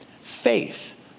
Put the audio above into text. Faith